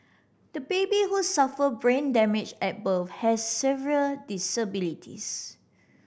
the baby who suffered brain damage at birth has severe disabilities